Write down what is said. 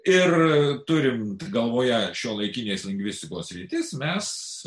ir turint galvoje šiuolaikinės lingvistikos sritis mes